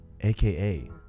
aka